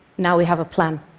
now we have a plan.